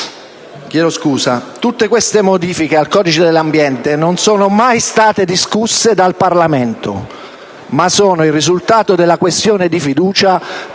Tutte queste modifiche al codice dell'ambiente non sono mai state discusse dal Parlamento, ma sono il risultato della questione di fiducia